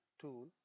tool